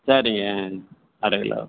சரிங்க அரைக்கிலோ